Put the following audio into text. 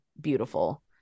beautiful